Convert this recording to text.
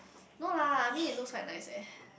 no lah I mean it looks quite nice eh